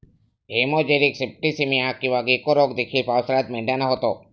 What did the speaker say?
haemorrhagic septicaemia किंवा गेको रोग देखील पावसाळ्यात मेंढ्यांना होतो